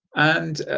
and,